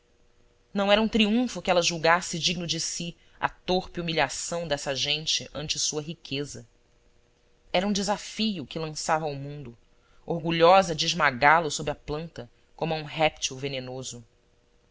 não era um triunfo que ela julgasse digno de si a torpe humilhação dessa gente ante sua riqueza era um desafio que lançava ao mundo orgulhosa de esmagá lo sob a planta como a um réptil venenoso